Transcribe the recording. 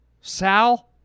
Sal